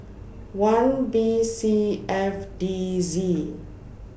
one B C F D Z